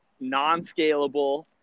non-scalable